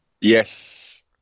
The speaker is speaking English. Yes